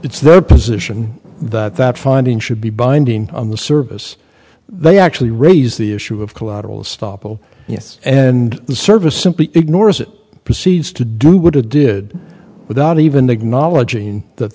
it's their position that that finding should be binding on the service they actually raise the issue of collateral stoppel and the service simply ignores it proceeds to do would a did without even acknowledging that